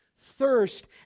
Thirst